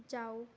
जाओ